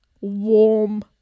warm